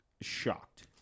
shocked